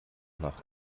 nach